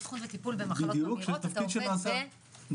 אבחון וטיפול - אני עובד באיכילוב.